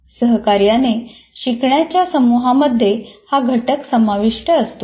सहकार्याने शिकण्याच्या समूहामध्ये हा घटक समाविष्ट असतो